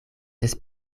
des